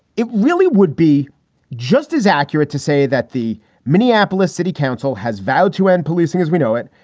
it really would be just as accurate to say that the minneapolis city council has vowed to end policing as we know it,